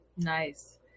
Nice